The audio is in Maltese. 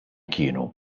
kienu